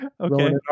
okay